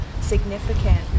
significant